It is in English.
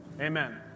Amen